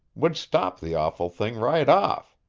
would stop the awful thing right off.